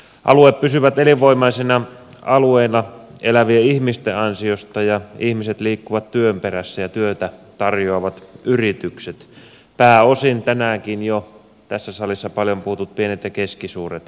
alueet pysyvät elinvoimaisina alueina elävien ihmisten ansiosta ja ihmiset liikkuvat työn perässä ja työtä tarjoavat yritykset pääosin tänäänkin jo tässä salissa paljon puhutut pienet ja keskisuuret yritykset